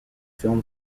film